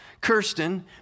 Kirsten